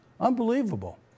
Unbelievable